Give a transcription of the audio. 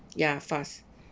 ya fast